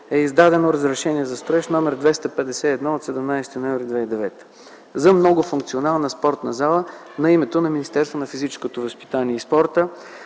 е издадено разрешение за строеж № 251 от 17 ноември 2009 г. за многофункционална спортна зала на името на Министерството на физическото възпитание и спорта.